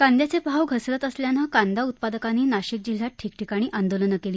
कांदयाचे भाव घसरत असल्यानं कांदा उत्पादकांनी नाशिक जिल्ह्यात ठिकठिकाणी आंदोलनं केली